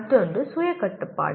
மற்றொன்று சுய கட்டுப்பாடு